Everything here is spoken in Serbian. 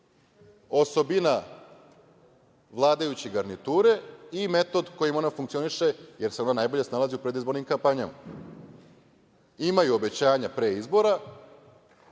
osobina vladajuće garniture i metod kojim ona funkcioniše, jer se ona najbolje snalazi u predizbornim kampanjama. Imaju obećanja pre izbora